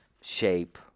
shape